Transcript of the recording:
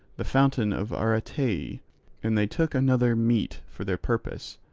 the fountain of artaeie and they took another meet for their purpose,